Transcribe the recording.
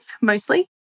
mostly